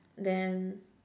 then